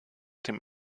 dem